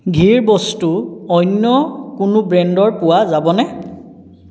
ঘিৰ বস্তু অন্য কোনো ব্ৰেণ্ডৰ পোৱা যাবনে